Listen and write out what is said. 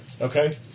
Okay